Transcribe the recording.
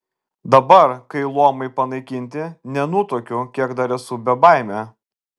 dabar kai luomai panaikinti nenutuokiu kiek dar esu bebaimė